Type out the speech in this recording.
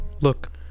Look